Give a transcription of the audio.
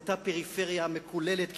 לאותה פריפריה מקוללת כמעט,